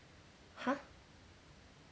!huh!